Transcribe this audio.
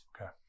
Okay